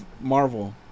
Marvel